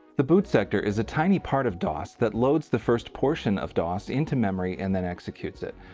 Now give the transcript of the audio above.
the boot sector is a tiny part of dos that loads the first portion of dos into memory and then executes it.